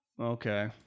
Okay